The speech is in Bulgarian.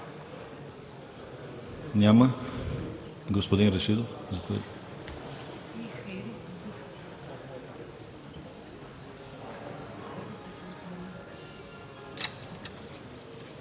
Няма. Господин Рашидов,